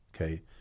okay